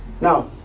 Now